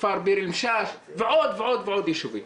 כפר ביר אל-משאש ועוד ועוד יישובים.